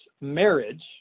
marriage